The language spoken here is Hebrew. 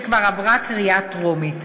שכבר עברה קריאה טרומית.